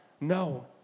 No